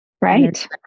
right